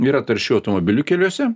yra taršių automobilių keliuose